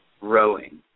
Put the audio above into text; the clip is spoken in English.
rowing